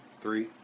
Three